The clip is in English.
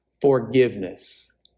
forgiveness